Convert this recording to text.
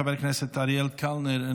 חבר הכנסת אריאל קלנר,